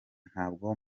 ntabwo